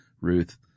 Ruth